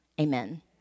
Amen